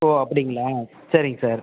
ஓ அப்டிங்களா சேரிங்க சார்